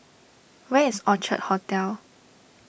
where is Orchard Hotel